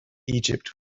egypt